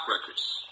records